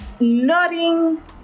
nutting